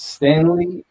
Stanley